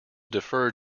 defer